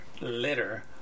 litter